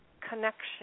connection